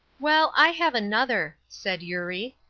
well, i have another, said eurie.